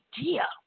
idea